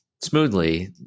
smoothly